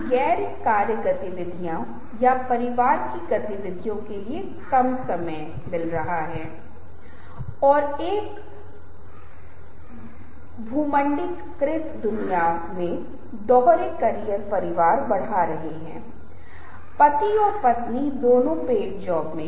पदानुक्रमित संगठन देखें अभिवृत्तिकएटिट्यूडिनल Attitudinal संरचना देखें वहां जहां आप देखते हैं कि व्यवहार और उप दृष्टिकोण हैं और जहां यह उसमें फिट बैठता है यह भी महत्वपूर्ण रूप से तय करेगा कि आप किसी विशेष तरीके से निर्णय ले रहे हैं या नहीं लेकिन यह काफी जटिल है और हम उस में नहीं जा रहे है